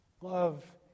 Love